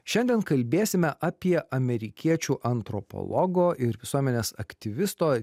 šiandien kalbėsime apie amerikiečių antropologo ir visuomenės aktyvisto